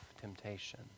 Temptation